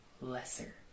lesser